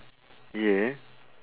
yeah